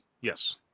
yes